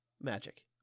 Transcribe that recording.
magic